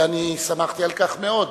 ואני שמחתי על כך מאוד.